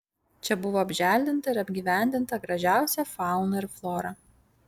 čia buvo apželdinta ir apgyvendinta gražiausia fauna ir flora